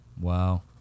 Wow